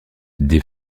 des